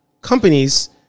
companies